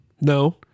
no